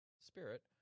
spirit